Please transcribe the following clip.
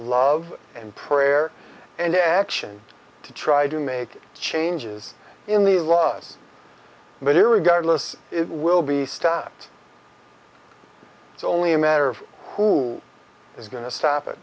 love and prayer and action to try to make changes in the laws but irregardless it will be stopped it's only a matter of who is going to stop it